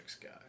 guy